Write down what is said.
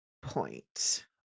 point